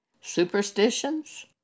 superstitions